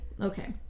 okay